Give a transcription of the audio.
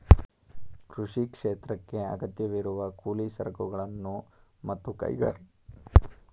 ಕೃಷಿ ಕ್ಷೇತ್ರಕ್ಕೇ ಅಗತ್ಯವಿರುವ ಕೂಲಿ ಸರಕುಗಳನ್ನು ಮತ್ತು ಕೈಗಾರಿಕಾ ವಲಯಕ್ಕೆ ಹೆಚ್ಚಿನ ಕಚ್ಚಾ ವಸ್ತುಗಳನ್ನು ಕೃಷಿ ಒದಗಿಸ್ತದೆ